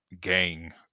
gang